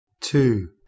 Two